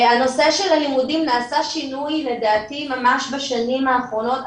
בנושא של הלימודים נעשה שינוי לדעתי ממש בשנים האחרונות,